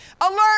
Alert